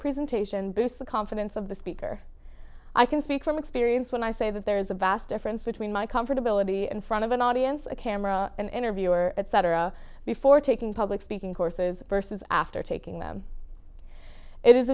presentation boosts the confidence of the speaker i can speak from experience when i say that there is a vast difference between my comfortability and front of an audience a camera an interviewer etc before taking public speaking courses versus after taking them it is